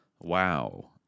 Wow